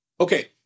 okay